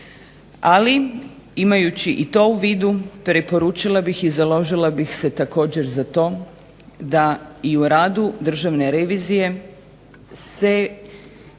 Ali imajući to u vidu predložila bih i založila bih se za to da u radu Državne revizije se